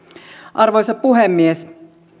arvoisa puhemies